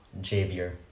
Javier